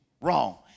wrong